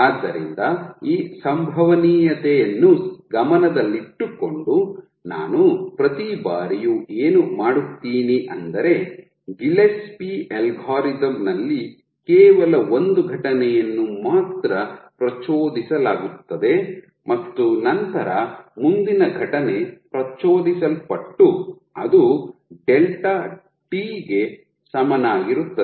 ಆದ್ದರಿಂದ ಈ ಸಂಭವನೀಯತೆಯನ್ನು ಗಮನದಲ್ಲಿಟ್ಟುಕೊಂಡು ನಾನು ಪ್ರತಿ ಬಾರಿಯೂ ಏನು ಮಾಡುತ್ತೀನಿ ಎಂದರೆ ಗಿಲ್ಲೆಸ್ಪಿ ಅಲ್ಗಾರಿದಮ್ ನಲ್ಲಿ ಕೇವಲ ಒಂದು ಘಟನೆಯನ್ನು ಮಾತ್ರ ಪ್ರಚೋದಿಸಲಾಗುತ್ತದೆ ಮತ್ತು ನಂತರ ಮುಂದಿನ ಘಟನೆ ಪ್ರಚೋದಿಸಲ್ಪಟ್ಟು ಅದು ಡೆಲ್ಟಾ ಟಿ ಗೆ ಸಮನಾಗಿರುತ್ತದೆ